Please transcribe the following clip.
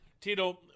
Tito